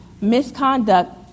misconduct